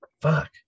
Fuck